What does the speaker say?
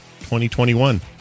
2021